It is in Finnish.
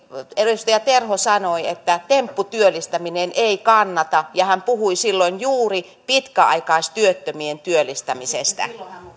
edustaja terho sanoi että tempputyöllistäminen ei kannata ja hän puhui silloin juuri pitkäaikaistyöttömien työllistämisestä